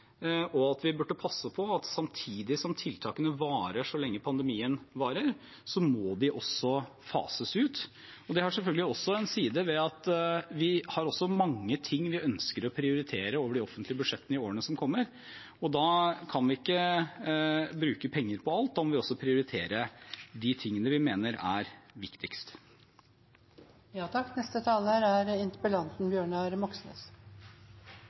og at vi burde passe på at samtidig som tiltakene varer så lenge pandemien varer, må de også fases ut. Det har selvfølgelig også en side ved at vi har mange ting vi ønsker å prioritere over de offentlige budsjettene i årene som kommer, og da kan vi ikke bruke penger på alt. Vi må også prioritere de tingene vi mener er viktigst. Når det gjelder prioriteringer, er